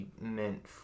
meant